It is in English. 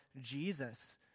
Jesus